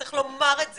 צריך לומר את זה,